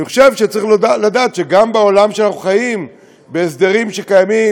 אני חושב שצריך לדעת שגם בעולם שאנחנו חיים בהסדרים שקיימים,